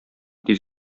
тиз